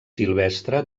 silvestre